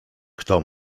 kto